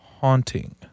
haunting